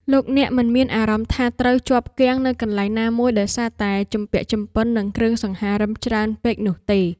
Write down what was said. លោកអ្នកមិនមានអារម្មណ៍ថាត្រូវជាប់គាំងនៅកន្លែងណាមួយដោយសារតែជំពាក់ជំពិននឹងគ្រឿងសង្ហារិមច្រើនពេកនោះទេ។